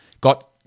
got